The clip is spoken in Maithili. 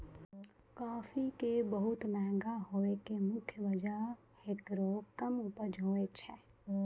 काफी के बहुत महंगा होय के मुख्य वजह हेकरो कम उपज होय छै